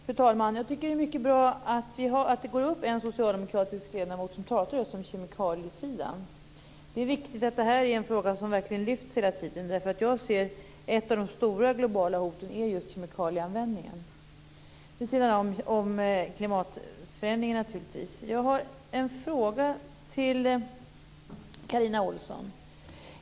Fru talman! Jag tycker att det är mycket bra att det kommer upp en socialdemokratisk ledamot som pratar just om kemikaliesidan. Det är viktigt att det här är en fråga som verkligen lyfts fram hela tiden, därför att jag ser det som att ett av de stora globala hoten är just kemikalieanvändningen, vid sidan om klimatförändringarna naturligtvis. Jag har en fråga till Carina Ohlsson.